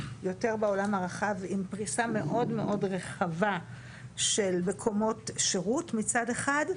יותר בעולם הרחב עם פריסה מאוד מאוד רחבה של מקומות שירות מצד אחד,